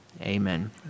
amen